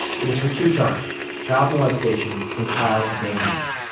it was for two charges child molestation and child abandonment.